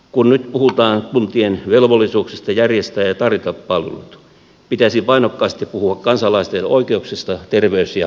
kun nyt puhutaan kuntien velvollisuuksista järjestää ja tarjota palvelut pitäisi painokkaasti puhua kansalaisten oikeuksista terveys ja hoivapalveluihin